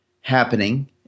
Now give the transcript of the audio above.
happening